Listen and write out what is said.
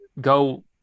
go